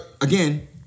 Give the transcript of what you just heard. Again